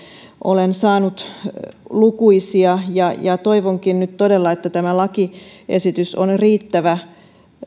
olen itsekin saanut lukuisia ja ja toivonkin nyt todella että tämä lakiesitys on riittävä